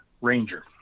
Ranger